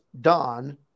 Don